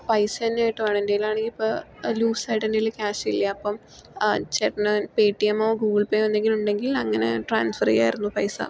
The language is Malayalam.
പൈസ തന്നെയായിട്ട് വേണോ എൻ്റെ കയ്യിലാണെങ്കിൽ ഇപ്പോൾ ലൂസായിട്ട് എൻ്റെ കയ്യില് ക്യാഷില്ല അപ്പം ആ ചേട്ടന് പേറ്റി എമ്മോ ഗൂഗിൾ പേയോ എന്തെങ്കിലുവൊണ്ടെങ്കിൽ അങ്ങനെ ട്രാൻസ്ഫെറ് ചെയ്യായിരുന്നു പൈസ